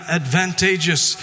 advantageous